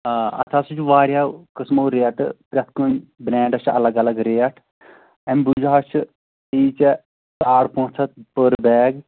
آ اَتھ ہسا چھِ وارِیہَو قٕسمو ریٹہٕ پرٛٮ۪تھ کُنہِ برٛینٛڈَس چھِ اَلگ اَلگ ریٹ اٮ۪مبوٗجاہَس چھِ پیٚیہِ ژےٚ ساڑ پانٛژھ ہَتھ پٔر بیگ